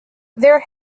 their